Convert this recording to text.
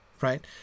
right